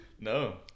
No